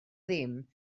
ddim